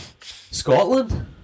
Scotland